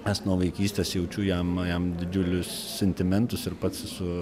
nes nuo vaikystės jaučiu jam jam didžiulius sentimentus ir pats esu